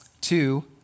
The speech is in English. Two